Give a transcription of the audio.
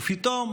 ופתאום